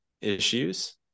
issues